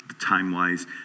time-wise